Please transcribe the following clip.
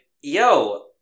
yo